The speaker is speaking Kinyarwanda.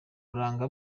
buranga